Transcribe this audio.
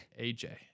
AJ